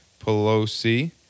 Pelosi